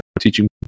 teaching